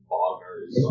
Boggers